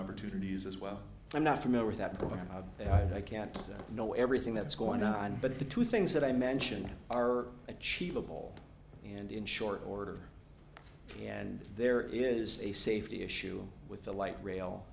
opportunities as well i'm not familiar with that but i can't know everything that's going on but the two things that i mention are achievable and in short order and there is a safety issue with the light rail